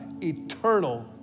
eternal